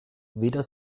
weder